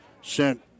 sent